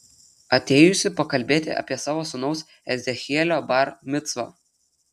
atėjusi pakalbėti apie savo sūnaus ezechielio bar micvą